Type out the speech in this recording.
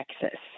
Texas